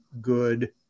good